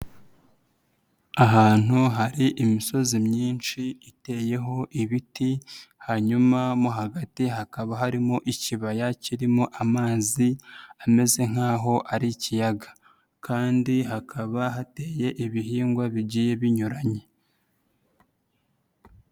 Ahantu hari imisozi myinshi iteyeho ibiti hanyuma mo hagati hakaba harimo ikibaya kirimo amazi ameze nk'aho ari ikiyaga kandi hakaba hateye ibihingwa bigiye binyuranye.